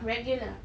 regular